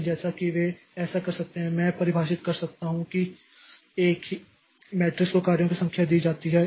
इसलिए जैसा कि वे ऐसा कर सकते हैं मैं परिभाषित कर सकता हूं कि एक ही मैट्रिक्स को कार्यों की संख्या दी जा सकती है